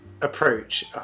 approach